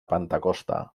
pentecosta